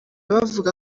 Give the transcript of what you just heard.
bavuga